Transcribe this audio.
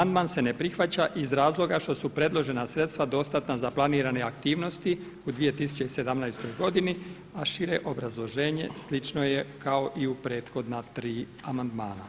Amandman se ne prihvaća iz razloga što su predložena sredstva dostatna za planirane aktivnosti u 2017. godini, a šire obrazloženje slično je kao i u prethodna tri amandmana.